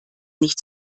nicht